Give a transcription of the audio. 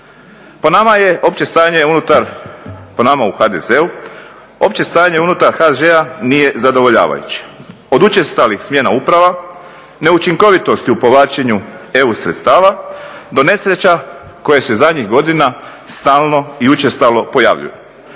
u HDZ-u je opće stanje unutar HŽ-a nije zadovoljavajući, od učestalih smjena uprava, neučinkovitosti u povlačenju EU sredstava, do nesreća koje se zadnjih godina stalno i učestalo pojavljuju.